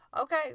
Okay